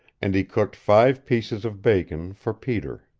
and he cooked five pieces of bacon for peter.